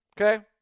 okay